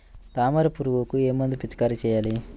తామర పురుగుకు ఏ మందు పిచికారీ చేయాలి?